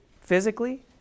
physically